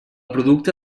producte